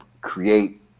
create